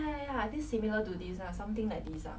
oh 我去过 sia 蛮好玩的 leh